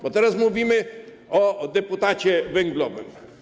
Bo teraz mówimy o deputacie węglowym.